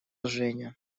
женя